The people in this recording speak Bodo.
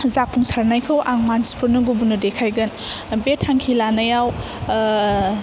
जाफुंसारनायखौ आं मानसिफोरनो गुबुननो देखायगोन बे थांखि लानायाव ओह